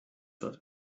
wird